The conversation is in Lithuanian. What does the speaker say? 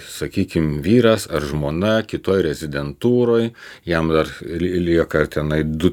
sakykim vyras ar žmona kitoj rezidentūroj jam dar lieka ar tenai du